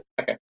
Okay